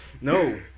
No